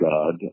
God